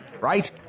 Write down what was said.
Right